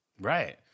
Right